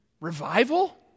revival